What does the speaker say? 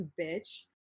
bitch